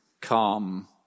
Calm